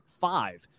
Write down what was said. five